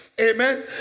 Amen